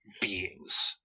beings